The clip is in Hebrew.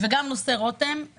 וגם נושא רותם,